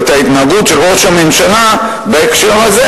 את ההתנהגות של ראש הממשלה בהקשר הזה,